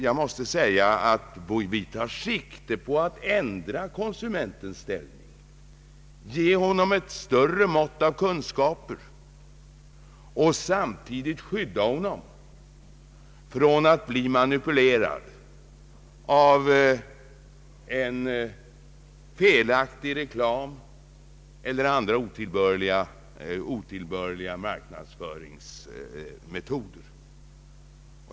Jag måste säga att vi tar sikte på att ändra konsumentens ställning, ge honom ett större mått av kunskaper och samtidigt skydda honom från att bli manipulerad av en felaktig reklam eller andra otillbörliga marknadsföringsmetoder.